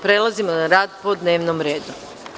Prelazimo na rad po dnevnom redu.